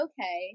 okay